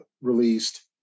released